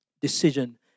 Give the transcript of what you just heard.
decision